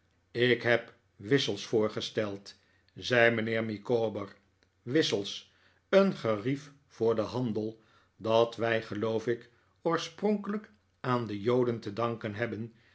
ik heb wissels voorgesteld zei mijnheer micawber wissels een gerief voor den handel dat wij geloof ik oorspronkelijk aan de joden te danken hebben